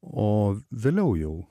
o vėliau jau